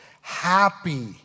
happy